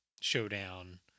showdown